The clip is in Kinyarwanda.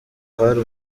hari